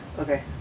Okay